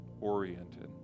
oriented